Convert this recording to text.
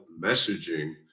messaging